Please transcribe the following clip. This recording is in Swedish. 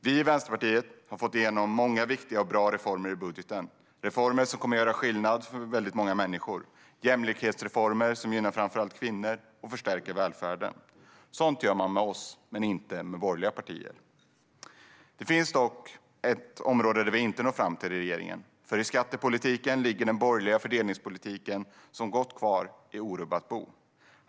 Vi i Vänsterpartiet har fått igenom många viktiga och bra reformer i budgeten - reformer som kommer att göra skillnad för väldigt många människor, och jämlikhetsreformer som framför allt gynnar kvinnor och förstärker välfärden. Sådant gör man med oss men inte med borgerliga partier. Det finns dock ett område där vi inte når fram till regeringen: I skattepolitiken ligger den borgerliga fördelningspolitiken kvar i så gott som orubbat bo.